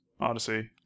Odyssey